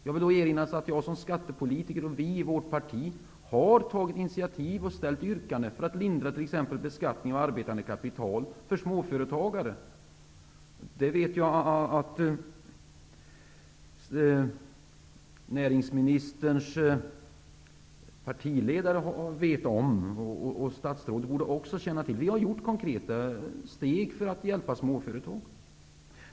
Jag vill erinra om att jag, som skattepolitiker, och mitt parti har tagit initiativ och ställt yrkanden för att förbättra förhållandena när det gäller exempelvis beskattning och arbetande kapital för småföretagare. Det vet jag att näringsministerns partiledare vet om. Statsrådet borde också känna till det. Vi har vidtagit konkreta åtgärder för att hjälpa småföretagare.